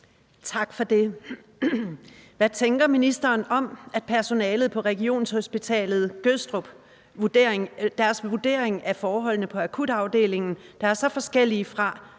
(SF): Hvad tænker ministeren om, at personalet på Regionshospitalet Gødstrups vurdering af forholdene på akutafdelingen er så forskellig fra,